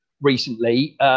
recently